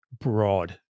broad